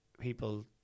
people